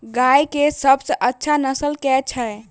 गाय केँ सबसँ अच्छा नस्ल केँ छैय?